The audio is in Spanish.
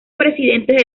presidentes